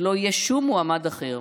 ולא יהיה שום מועמד אחר.